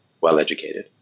well-educated